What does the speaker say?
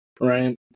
right